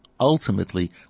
Ultimately